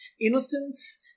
innocence